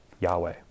Yahweh